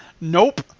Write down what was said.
Nope